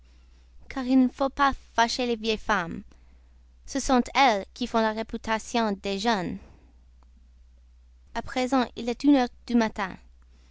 car il ne faut pas fâcher les vieilles femmes ce sont elles qui font la réputation des jeunes a présent il est une heure du matin